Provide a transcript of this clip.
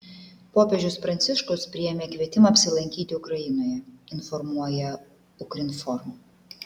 popiežius pranciškus priėmė kvietimą apsilankyti ukrainoje informuoja ukrinform